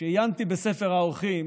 כשעיינתי בספר האורחים